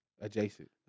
adjacent